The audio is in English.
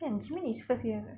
kan jimin is first year